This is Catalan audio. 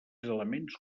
elements